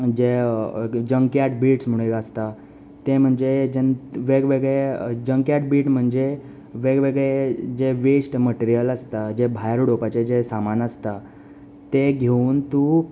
जे junk yard bits म्हणून एक आसता ते म्हणजे जेन्न वेगवेगळे जंक याड बीट म्हणजे वेगवेगळे जे वेस्ट मटिरियल आसता जें भायर उडोवपाचें जें सामान आसता तें घेवन तूं